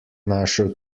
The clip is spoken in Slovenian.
našel